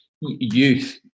youth